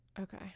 Okay